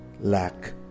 lack